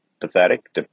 pathetic